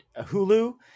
hulu